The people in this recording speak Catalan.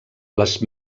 les